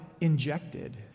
injected